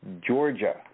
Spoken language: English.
Georgia